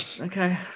Okay